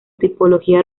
tipología